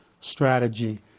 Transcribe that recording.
strategy